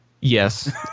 Yes